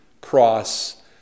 cross